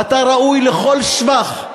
ואתה ראוי לכל שבח,